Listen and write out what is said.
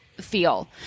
feel